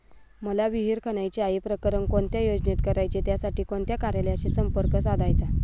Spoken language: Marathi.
मला विहिर खणायची आहे, प्रकरण कोणत्या योजनेत करायचे त्यासाठी कोणत्या कार्यालयाशी संपर्क साधायचा?